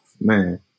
man